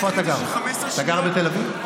אתה גר בתל אביב?